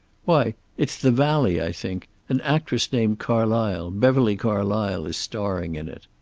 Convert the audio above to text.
why, it's the valley i think. an actress named carlysle, beverly carlysle, is starring in it.